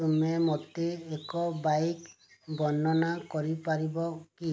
ତୁମେ ମୋତେ ଏକ ବାଇକ୍ ବର୍ଣ୍ଣନା କରିପାରିବ କି